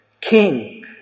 king